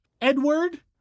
Edward